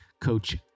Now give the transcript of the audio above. Coach